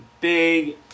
big